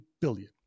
billion